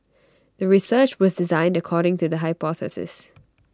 the research was designed according to the hypothesis